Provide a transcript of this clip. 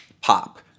pop